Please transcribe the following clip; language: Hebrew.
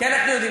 כן.